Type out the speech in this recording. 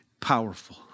powerful